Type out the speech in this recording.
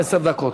עשר דקות.